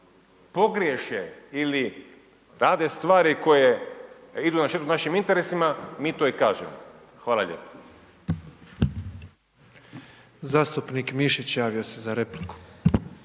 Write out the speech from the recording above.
pogriješe ili rade stvari koje idu na štetu našim interesima, mi to i kažemo. Hvala lijepo. **Petrov, Božo (MOST)** Zastupnik Mišić, javio se za repliku.